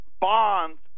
bonds